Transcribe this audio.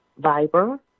Viber